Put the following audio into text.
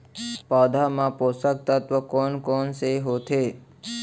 पौधे मा पोसक तत्व कोन कोन से होथे?